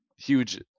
Huge